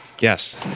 Yes